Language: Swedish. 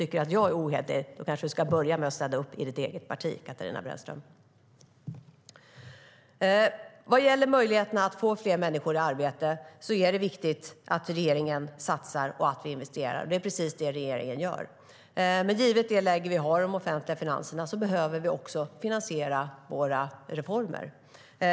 Tycker du att jag är ohederlig ska du kanske börja med att städa upp i ditt eget parti. Vad gäller möjligheten att få fler människor i arbete är det viktigt att regeringen satsar och investerar. Det är precis det regeringen gör. Givet det läge vi har i de offentliga finanserna behöver vi finansiera våra reformer.